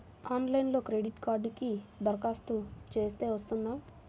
ఆన్లైన్లో క్రెడిట్ కార్డ్కి దరఖాస్తు చేస్తే వస్తుందా?